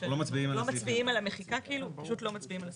לא מצביעים על המחיקה, פשוט לא מצביעים על הסעיף.